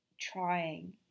trying